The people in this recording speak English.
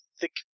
thick